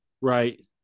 right